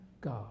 God